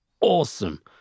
awesome